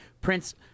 Prince